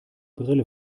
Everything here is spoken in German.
brille